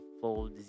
fold